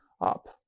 up